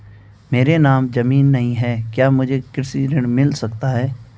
मेरे नाम ज़मीन नहीं है क्या मुझे कृषि ऋण मिल सकता है?